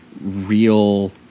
real